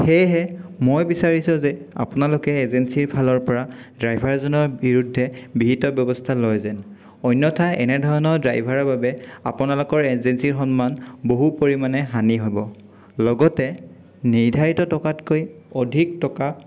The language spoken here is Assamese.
সেয়েহে মই বিচাৰিছোঁ যে আপোনালোকে এজেঞ্চিৰ ফালৰ পৰা ড্ৰাইভাৰজনৰ বিৰুদ্ধে বিহিত ব্যৱস্থা লয় যেন অন্যথা এনেধৰণৰ ড্ৰাইভাৰৰ বাবে আপোনালোকৰ এজেঞ্চিৰ সন্মান বহু পৰিমাণে হানি হ'ব লগতে নিৰ্ধাৰিত টকাতকৈ অধিক টকা